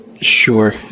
sure